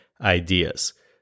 ideas